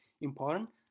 important